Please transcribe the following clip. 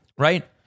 right